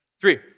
Three